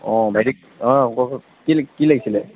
অঁ ভাইটি অঁ কি কি লাগিছিলে